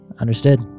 Understood